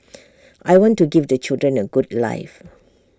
I want to give the children A good life